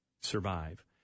survive